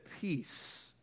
peace